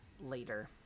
later